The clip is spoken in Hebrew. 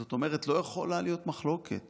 זאת אומרת, לא יכולה להיות מחלוקת